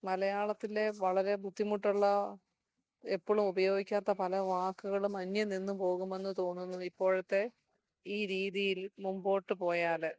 മലയാളത്തിലെ വളരെ ബുദ്ധിമുട്ടുള്ള എപ്പോഴും ഉപയോഗിക്കാത്ത പല വാക്കുകളും അന്യംനിന്ന് പോകുമെന്ന് തോന്നുന്നു ഇപ്പോഴത്തെ ഈ രീതിയിൽ മുമ്പോട്ടുപോയാൽ